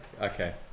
Okay